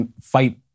fight